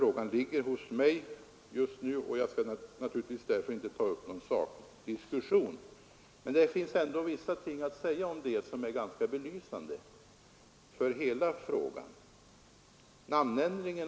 Frågan ligger hos mig just nu, och jag skall naturligtvis därför inte ta upp någon sakdiskussion. Men det finns ändå vissa ting att säga härom som är ganska belysande för hela detta spörsmål.